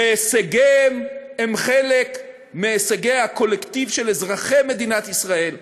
והישגיהם הם חלק מהישגי הקולקטיב של אזרחי מדינת ישראל.